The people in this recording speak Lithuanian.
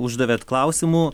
uždavėt klausimų